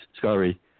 sorry